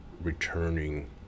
returning